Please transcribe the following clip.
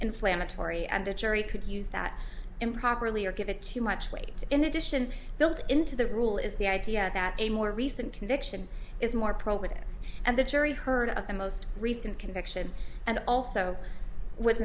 inflammatory and the jury could use that improperly or give it too much weight in addition built into the rule is the idea that a more recent conviction is more probative and the jury heard of the most recent conviction and also w